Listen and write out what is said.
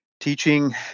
Teaching